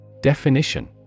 Definition